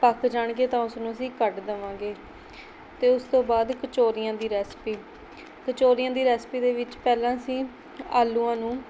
ਪੱਕ ਜਾਣਗੇ ਤਾਂ ਉਸਨੂੰ ਅਸੀਂ ਕੱਢ ਦੇਵਾਂਗੇ ਅਤੇ ਉਸ ਤੋਂ ਬਾਅਦ ਕਚੋਰੀਆਂ ਦੀ ਰੈਸਪੀ ਕਚੋਰੀਆਂ ਦੀ ਰੈਸਪੀ ਦੇ ਵਿੱਚ ਪਹਿਲਾਂ ਅਸੀਂ ਆਲੂਆਂ ਨੂੰ